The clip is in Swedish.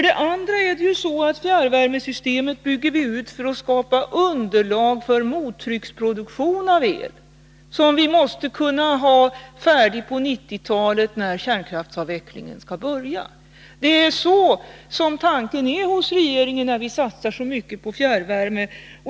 Dessutom bygger vi ut fjärrvärmesystemet för att skapa underlag för mottrycksproduktion av el, som vi måste kunna ha färdig på 1990-talet, när kärnkraftsavvecklingen skall börja. Detta är regeringens tanke när den satsar så mycket på fjärrvärme.